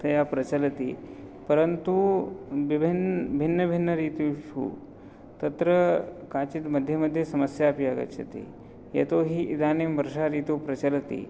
तया प्रचलति परन्तु विभिन्न भिन्न भिन्न ऋतुषु तत्र काचिद् मध्ये मध्ये समस्या अपि आगच्छति यतोहि इदानीं वर्षा ऋतु प्रचलति